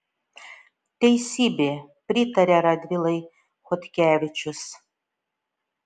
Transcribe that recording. teisybė pritaria radvilai chodkevičius